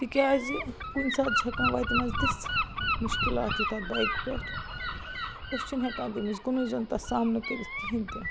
تِکیٛازِ کُنہِ ساتہٕ چھِ ہٮ۪کان وَتہِ منٛز تِژھ مُشکِلات یِتھ اَتھ بایکہِ پٮ۪ٹھ أسی چھِنہٕ ہٮ۪کان تمہِ وِزِ کُنٕے زوٚن تَتھ سَامنہٕ کٔرِتھ کِہیٖنۍ تہِ